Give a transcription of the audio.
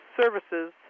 services